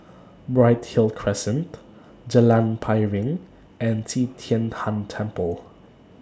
Bright Hill Crescent Jalan Piring and Qi Tian Tan Temple